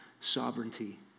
sovereignty